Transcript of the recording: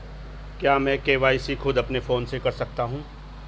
क्या मैं के.वाई.सी खुद अपने फोन से कर सकता हूँ?